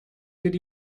did